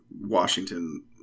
Washington